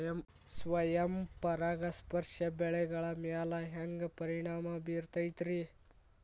ಸ್ವಯಂ ಪರಾಗಸ್ಪರ್ಶ ಬೆಳೆಗಳ ಮ್ಯಾಲ ಹ್ಯಾಂಗ ಪರಿಣಾಮ ಬಿರ್ತೈತ್ರಿ?